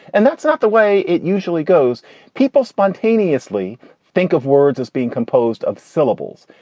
and that's not the way it usually goes. people spontaneously think of words as being composed of syllables.